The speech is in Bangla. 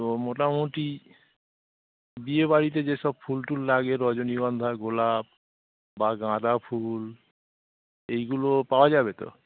তো মোটামুটি বিয়েবাড়িতে যেসব ফুল টুল লাগে রজনীগন্ধা গোলাপ বা গাঁদা ফুল এইগুলো পাওয়া যাবে তো